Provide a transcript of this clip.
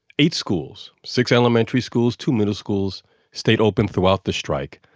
eight schools, six elementary schools, two middle schools stayed open throughout the strike,